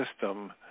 system